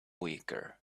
weaker